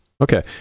okay